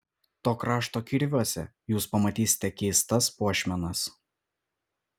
to krašto kirviuose jūs pamatysite keistas puošmenas